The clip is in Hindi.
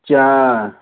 चार